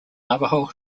navajo